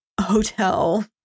hotel